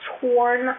torn